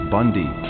Bundy